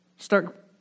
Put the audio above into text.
start